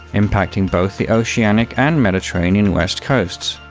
impacting both the oceanic and mediterranean west coasts.